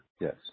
Yes